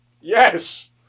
Yes